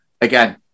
again